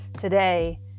Today